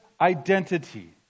identity